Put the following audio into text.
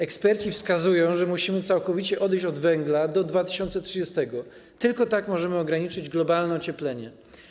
Eksperci wskazują na to, że musimy całkowicie odejść od węgla do 2030 r., ponieważ tylko tak możemy ograniczyć globalne ocieplenie.